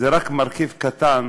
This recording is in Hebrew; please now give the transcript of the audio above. רק מרכיב קטן